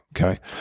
Okay